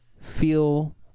feel